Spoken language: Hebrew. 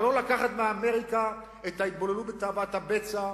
אבל לא לקחת מאמריקה את ההתבוללות בתאוות הבצע,